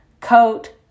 Coat